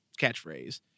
catchphrase